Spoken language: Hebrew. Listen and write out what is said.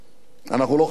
אנחנו לא חפצים בזה.